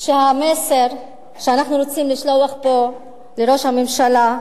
שהמסר שאנחנו רוצים לשלוח פה לראש הממשלה,